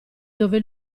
dove